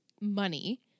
money